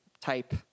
type